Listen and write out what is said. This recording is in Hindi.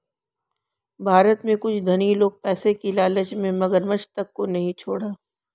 भारत में कुछ धनी लोग पैसे की लालच में मगरमच्छ तक को नहीं छोड़ा